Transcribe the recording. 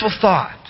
thought